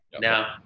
Now